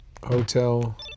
Hotel